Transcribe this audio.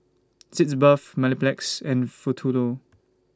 Sitz Bath Mepilex and Futuro